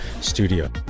studio